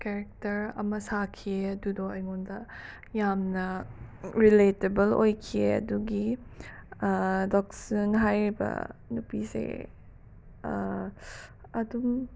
character ꯑꯃ ꯁꯥꯈꯤꯑꯦ ꯑꯗꯨꯗꯣ ꯑꯩꯉꯣꯟꯗ ꯌꯥꯝꯅ ꯔꯤꯂꯦꯇꯤꯕꯜ ꯑꯣꯏꯈꯤꯌꯦ ꯑꯗꯨꯒꯤ ꯗꯣꯛꯁꯨꯟ ꯍꯥꯏꯔꯤꯕ ꯅꯨꯄꯤꯁꯦ ꯑꯗꯨꯝ